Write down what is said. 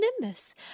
nimbus